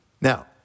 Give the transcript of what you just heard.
Now